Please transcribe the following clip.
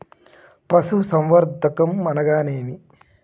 పశుసంవర్ధకం అనగానేమి?